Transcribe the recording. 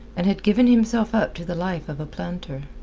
and had given himself up to the life of a planter.